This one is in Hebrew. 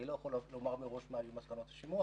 אני לא יכול לומר מראש מה יהיו מסקנות השימוע,